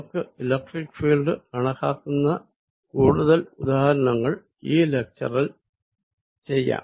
നമുക്ക് electric field കണക്കാക്കുന്ന കൂടുതൽ ഉദാഹരണങ്ങൾ ഈ ലെക്ച്ചറിൽ ചെയ്യാം